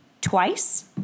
twice